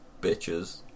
bitches